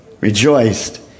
Rejoiced